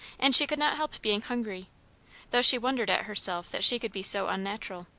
and she could not help being hungry though she wondered at herself that she could be so unnatural.